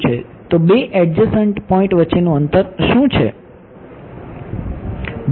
તો બે adjacent point વચ્ચેનું અંતર શું છે